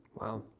Wow